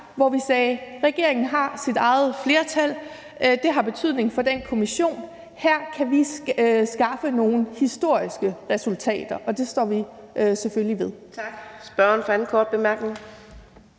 hvor vi sagde: Regeringen har sit eget flertal; det har betydning for den kommission, og her kan vi skaffe nogle historiske resultater. Og det står vi selvfølgelig ved. Kl. 13:39 Fjerde næstformand